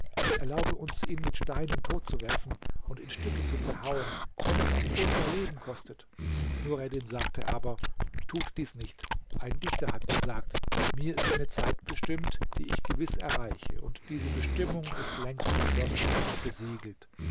erlaube uns ihn mit steinen tot zu werfen und in stücke zu zerhauen wenn es auch unser leben kostet nureddin sagte aber tut dies nicht ein dichter hat gesagt mir ist eine zeit bestimmt die ich gewiß erreiche und diese bestimmung ist längst beschlossen und gesiegelt